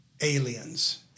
aliens